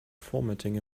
formatting